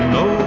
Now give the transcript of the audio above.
no